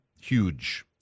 huge